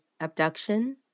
abduction